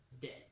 dead